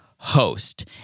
host